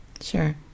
Sure